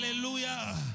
Hallelujah